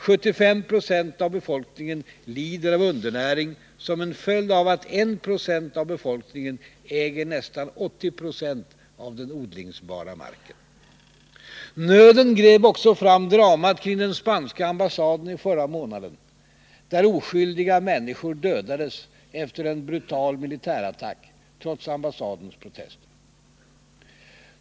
75 96 av befolkningen lider av undernäring, som en följd av att 190 av befolkningen äger nästan 80 26 av den odlingsbara jorden. Nöden drev också fram dramat kring den spanska ambassaden i förra månaden, där oskyldiga människor dödades efter en brutal militärattack, trots ambassadens protester.